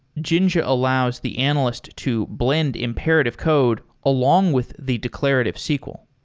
jinja allows the analyst to blend imperative code along with the declarative sql.